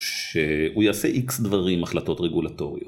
שהוא יעשה איקס דברים החלטות רגולטוריות